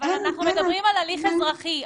אנחנו מדברים על הליך אזרחי.